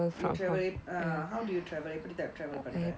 you travel eh how do you travel எப்படி:eppadi travel பன்ற:pandra